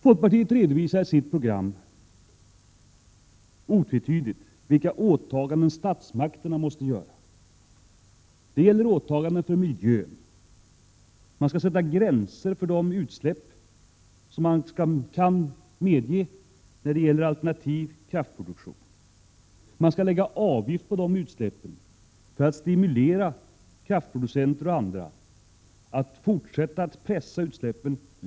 Folkpartiet redovisar i sitt program otvetydigt vilka åtaganden statsmakterna måste göra. Det gäller åtaganden för miljön. Man skall sätta gränser för de utsläpp som kan medges när det gäller kraftproduktion. Man skall lägga avgift också på de medgivna utsläppen för att stimulera producenter av kraft och värme att pressa ned utsläppen.